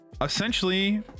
essentially